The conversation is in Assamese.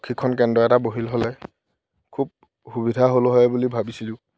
প্ৰশিক্ষণ কেন্দ্ৰ এটা বহিল হ'লে খুব সুবিধা হ'ল হয় বুলি ভাবিছিলোঁ